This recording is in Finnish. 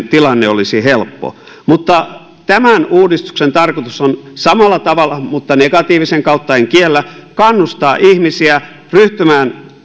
tilanne olisi helppo puhumattakaan pitkäaikaistyöttömistä tämän uudistuksen tarkoitus on samalla tavalla mutta negatiivisen kautta en kiellä kannustaa ihmisiä ryhtymään